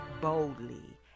boldly